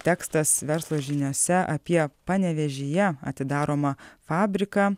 tekstas verslo žiniose apie panevėžyje atidaromą fabriką